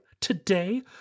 Today